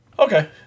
Okay